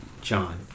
John